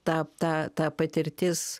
ta ta ta patirtis